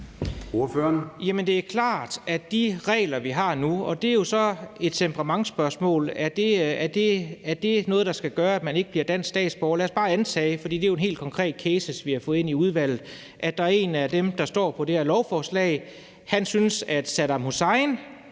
Det er klart, at der er de regler, vi har nu. Det er jo så et temperamentsspørgsmål, om noget skal gøre, at man ikke bliver dansk statsborger. Lad os bare antage, for det er jo en helt konkret case, vi har fået ind i udvalget, at der er en af dem, der står på det her lovforslag, som synes, at Saddam Hussein,